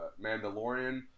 mandalorian